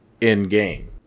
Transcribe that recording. in-game